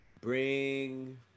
Bring